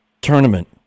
tournament